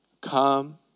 come